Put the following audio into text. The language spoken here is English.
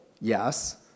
Yes